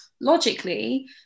logically